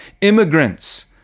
Immigrants